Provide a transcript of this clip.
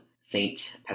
Saint